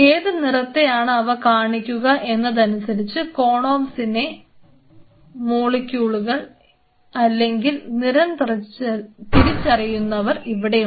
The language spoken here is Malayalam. ഏത് നിറത്തെ ആണ് അവ കാണിക്കുക എന്നതനുസരിച്ച് കൊണോപ്സിൻറെ മോളിക്യൂളുകൾ അല്ലെങ്കിൽ നിറം തിരിച്ചറിയുന്നവർ ഇവിടെയുണ്ട്